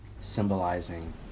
symbolizing